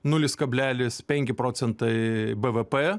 nulis kablelis penki procentai bvp